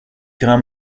grands